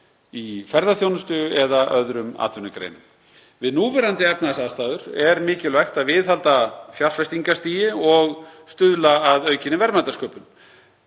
í ferðaþjónustu eða öðrum atvinnugreinum. Við núverandi efnahagsaðstæður er mikilvægt að viðhalda fjárfestingarstigi og stuðla að aukinni verðmætasköpun.